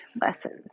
lessons